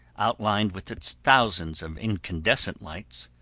outlined with its thousands of incandescent lights,